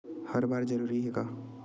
हर बार जरूरी हे का?